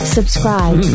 Subscribe